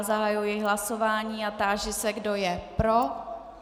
Zahajuji hlasování a táži se, kdo je pro.